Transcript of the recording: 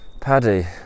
Paddy